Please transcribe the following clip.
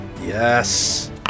Yes